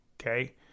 okay